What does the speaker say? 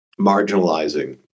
marginalizing